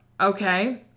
okay